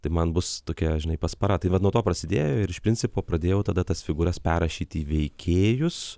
tai man bus tokia žinai paspara tai vat nuo to prasidėjo ir iš principo pradėjau tada tas figūras perrašyti į veikėjus